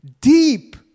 deep